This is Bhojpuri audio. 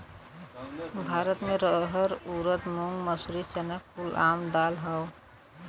भारत मे रहर ऊरद मूंग मसूरी चना कुल आम दाल हौ